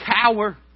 cower